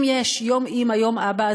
אם יש יום אימא ויום אבא,